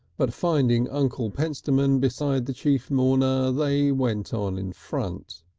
but finding uncle pentstemon beside the chief mourner they went on in front.